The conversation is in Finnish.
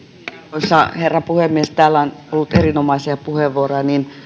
arvoisa herra puhemies täällä on ollut erinomaisia puheenvuoroja